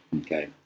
Okay